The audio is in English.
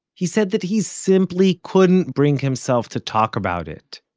he said that he simply couldn't bring himself to talk about it.